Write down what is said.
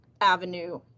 avenue